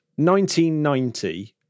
1990